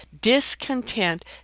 Discontent